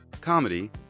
Comedy